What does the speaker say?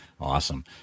Awesome